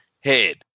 head